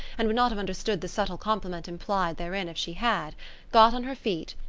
and would not have understood the subtle compliment implied therein if she had got on her feet,